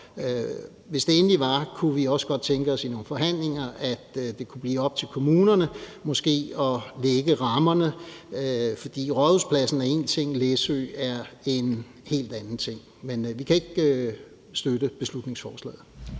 kunne egentlig også godt tænke os, i nogle forhandlinger, at det kunne blive op til kommunerne måske at lægge rammerne. For Rådhuspladsen er én ting, og Læsø er en helt anden ting, men vi kan som sagt ikke støtte beslutningsforslaget.